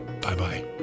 Bye-bye